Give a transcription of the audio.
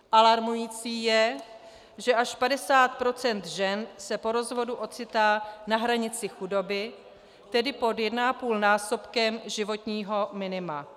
Alarmující je, že až 50 % žen se po rozvodu ocitá na hranici chudoby, tedy pod 1,5násobkem životního minima.